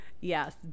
yes